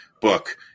book